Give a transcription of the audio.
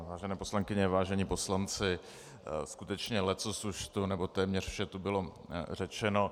Vážené poslankyně, vážení poslanci, skutečně leccos, nebo téměř vše už tu bylo řečeno.